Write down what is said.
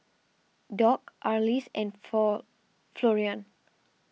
Dock Arlis and for Florian